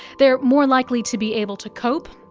they're more likely to be able to cope,